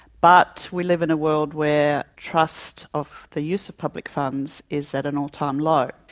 but we live in a world where trust of the use of public funds is at an all-time low.